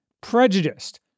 prejudiced